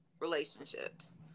relationships